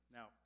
Now